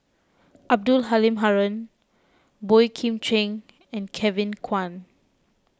Abdul Halim Haron Boey Kim Cheng and Kevin Kwan